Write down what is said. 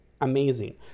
amazing